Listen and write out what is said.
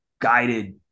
guided